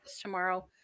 tomorrow